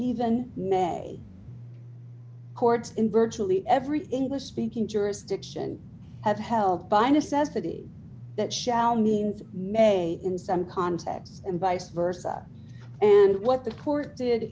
even may chords in virtually every english speaking jurisdiction have held by necessity that shall means may in some contexts and vice versa and what the court did